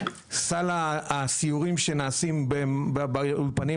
סל הסיורים שנעשים באולפנים,